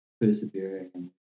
persevering